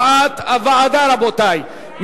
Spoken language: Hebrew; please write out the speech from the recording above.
כהצעת הוועדה, רבותי.